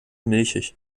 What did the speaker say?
milchig